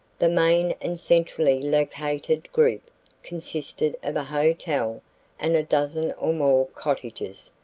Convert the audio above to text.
the main and centrally located group consisted of a hotel and a dozen or more cottages,